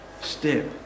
step